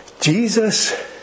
Jesus